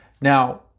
Now